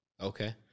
Okay